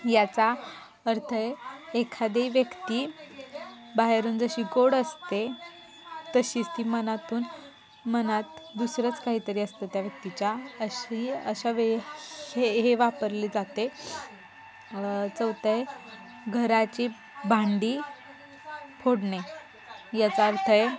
याचा अर्थ आहे एखादी व्यक्ती बाहेरून जशी गोड असते तशीच ती मनातून मनात दुसरंच काहीतरी असतं त्या व्यक्तीच्या अशी अशा वेळी हे ही वापरली जाते चौथे आहे घराची भांडी फोडणे याचा अर्थ आहे